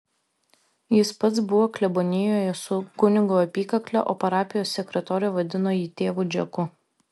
jis pats buvo klebonijoje su kunigo apykakle o parapijos sekretorė vadino jį tėvu džeku